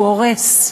הוא הורס.